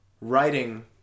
writing